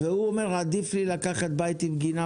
אותו אדם אומר שעדיף לו לקחת בית עם גינה